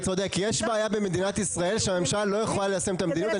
יש בעיה במדינת ישראל שהממשל לא יכול ליישם את המדיניות,